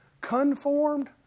conformed